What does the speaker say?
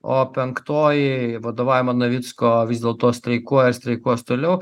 o penktoji vadovaujama navicko vis dėlto streikuoja streikuos toliau